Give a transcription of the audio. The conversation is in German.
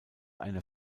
eine